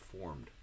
formed